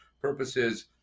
purposes